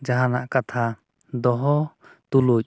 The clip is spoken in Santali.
ᱡᱟᱦᱟᱱᱟᱜ ᱠᱟᱛᱷᱟ ᱫᱚᱦᱚ ᱛᱩᱞᱩᱡ